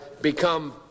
become